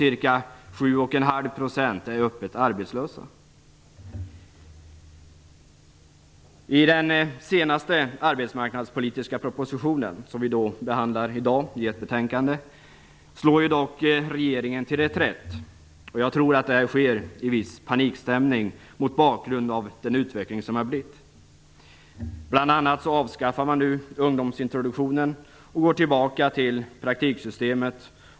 I den senaste arbetsmarknadspolitiska propositionen, som vi i dag behandlar i ett betänkande, slår regeringen dock till reträtt. Jag tror att det sker i viss panikstämning mot bakgrund av den utveckling som har skett. Bl.a. avskaffar man nu ungdomsintroduktionen och återgår till praktiksystemet.